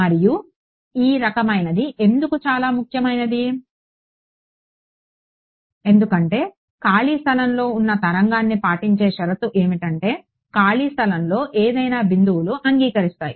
మరియు ఈ రకమైనది ఎందుకు చాలా ముఖ్యమైనది ఎందుకంటే ఖాళీ స్థలంలో ఉన్న తరంగాన్ని పాటించే షరతు ఏమిటంటే ఖాళీ స్థలంలో ఏదైనా బిందువులు అంగీకరిస్తాయి